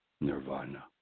nirvana